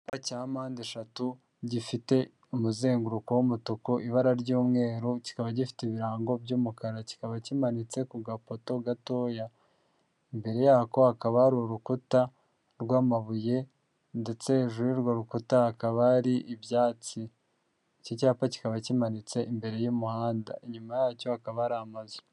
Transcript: Ikibuga cya mpandeshatu gifite umuzenguruko w'umutuku ibara ry'umweru kikaba gifite ibirango by'umukara, kikaba kimanitse ku gapoto gatoya. Imbere yako hakaba hari urukuta rw'amabuye ndetse hejuru y'urwo rukuta hakaba hari ibyatsi. Iki cyapa kikaba kimanitse imbere y'umuhanda inyuma yacyo hakaba hari amazu.